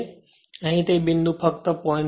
તેથી અહીં તે બિંદુ ફક્ત 0